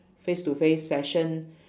face to face session